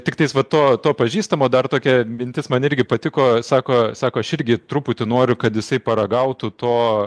tiktais va to to pažįstamo dar tokia mintis man irgi patiko sako sako aš irgi truputį noriu kad jisai paragautų to